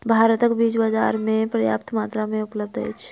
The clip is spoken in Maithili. भारतक बीज बाजार में पर्याप्त मात्रा में उपलब्ध अछि